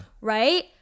Right